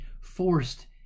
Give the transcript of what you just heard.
forced